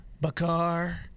Bakar